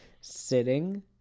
sitting